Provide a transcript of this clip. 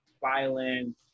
violence